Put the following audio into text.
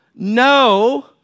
No